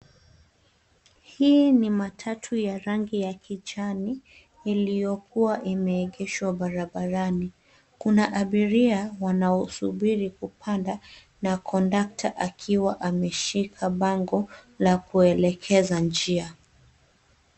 Hii ni matatu ya rangi ya kijani iliyokuwa imeegeshwa barabarani. Kuna abiria wanaosubiri kupanda na kondakta akiwa ameshika bango la kuelekeza njia.